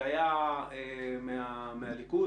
שהיה מהליכוד,